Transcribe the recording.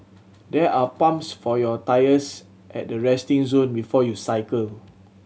there are pumps for your tyres at the resting zone before you cycle